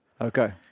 Okay